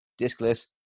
discless